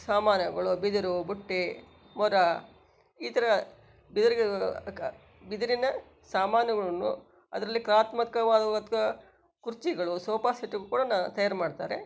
ಸಾಮಾನುಗಳು ಬಿದಿರು ಬುಟ್ಟಿ ಮೊರ ಈ ಥರ ಬಿದಿರ ಬಿದಿರಿನ ಸಾಮಾನುಗಳನ್ನು ಅದರಲ್ಲಿ ಕುರ್ಚಿಗಳು ಸೋಪಾಸೆಟ್ ಕೂಡಾ ತಯಾರಿ ಮಾಡ್ತಾರೆ